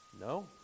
No